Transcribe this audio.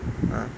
ah